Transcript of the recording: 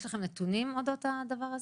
יש לכם נתונים אודות הדבר הזה?